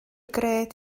gred